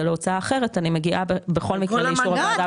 להוצאה אחרת אני מגיעה בכל מקרה לאישור הוועדה,